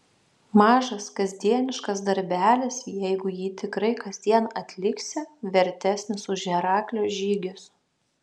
mažas kasdieniškas darbelis jeigu jį tikrai kasdien atliksi vertesnis už heraklio žygius